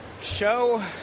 show